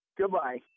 Goodbye